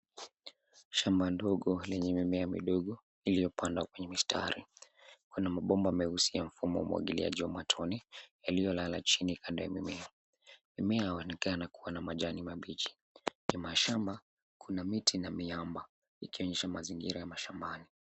Shamba ndogo lenye mimea midogo ilio pangwa kwenye mistari, kuna mabomba meusi ya mfumo wa umwagiliaji wa matone yalio lala chini kando ya mimea. Mimea yaonekana kuwa majani mabichi, kwa shamba kuna miti yenye miamba ikionyesha mazingira ya mashambani.